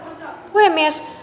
puhemies